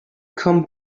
come